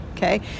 Okay